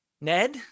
Ned